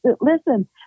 listen